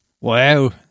Wow